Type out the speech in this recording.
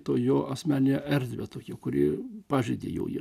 to jo asmeninę erdvę tokia kuri pažeidi jau ją